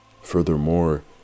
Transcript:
Furthermore